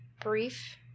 brief